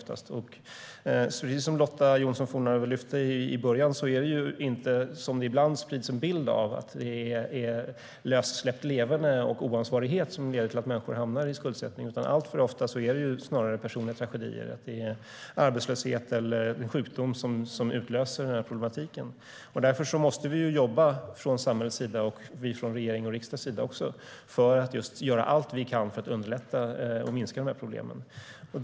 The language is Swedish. Därför måste vi från samhällets och från regeringens och riksdagens sida jobba för att göra allt vi kan för att minska dessa problem och underlätta för människor.